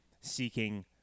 seeking